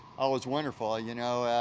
ah was wonderful, ah you know.